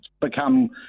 become